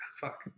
fuck